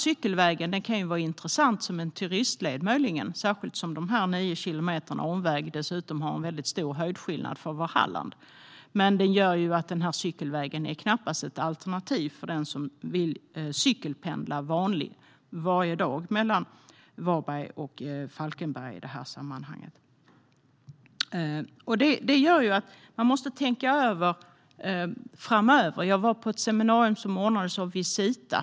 Cykelvägen kan vara intressant som en turistled, särskilt som de nio kilometerna omväg har stora höjdskillnader för att vara i Halland, men cykelvägen är knappast ett alternativ för den som vill cykelpendla varje dag mellan, i det här fallet, Varberg och Falkenberg. Jag var på ett seminarium som ordnades av Visita.